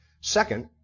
Second